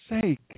sake